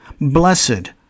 Blessed